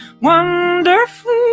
wonderfully